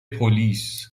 پلیس